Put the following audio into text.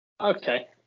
Okay